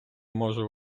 можу